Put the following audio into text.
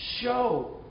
show